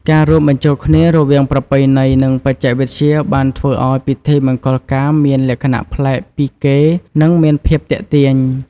ការរួមបញ្ចូលគ្នារវាងប្រពៃណីនិងបច្ចេកវិទ្យាបានធ្វើឱ្យពិធីមង្គលការមានលក្ខណៈប្លែកពីគេនិងមានភាពទាក់ទាញ។